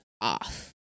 off